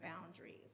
boundaries